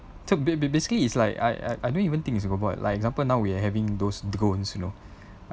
so ba~ basically it's like I I don't even think it's robot like example now we are having those drones you know